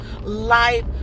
life